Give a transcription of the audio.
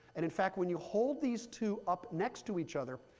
and in fact, when you hold these two up next to each other,